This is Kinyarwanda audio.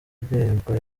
rwego